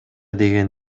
деген